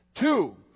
Two